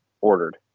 ordered